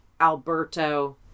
Alberto